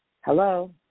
Hello